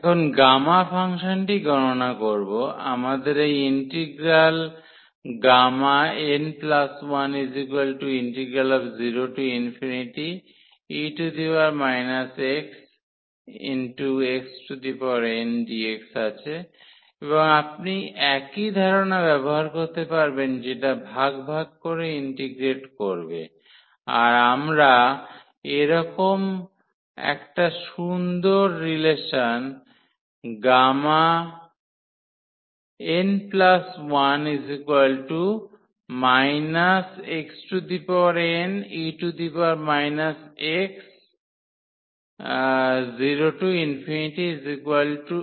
এখন গামা ফাংশনটি গণনা করব আমাদের এই ইন্টিগ্রাল n10e xxndx আছে এবং আপনি একই ধারণা ব্যবহার করতে পারবেন যেটা ভাগ ভাগ করে ইন্টিগ্রেট করবে আর আমরা এরকম একটা সুন্দর রিলেসন Γn1 xne x